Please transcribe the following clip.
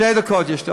שתי דקות יש לי.